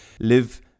live